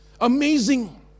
Amazing